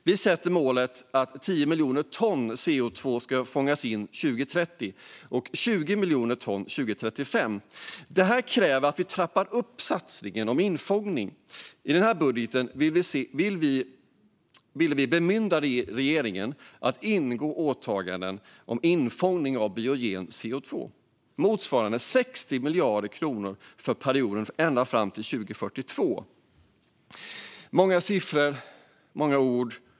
Vi sätter målet att 10 miljoner ton CO2 ska fångas in 2030 och 20 miljoner ton 2035. Det kräver att vi trappar upp satsningen på infångning. I den här budgeten ville vi bemyndiga regeringen att ingå åtaganden om infångning av biogen CO2 motsvarande 60 miljarder kronor för perioden ända fram till 2042. Det är många siffror och många ord.